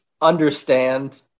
understand